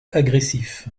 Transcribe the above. agressif